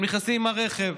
והם נכנסים עם הרכב.